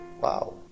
wow